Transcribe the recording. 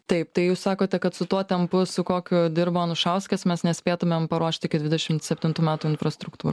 taip tai jūs sakote kad su tuo tempu su kokiu dirbo anušauskas mes nespėtumėm paruošt iki dvidešimt septintų metų infrastruktūros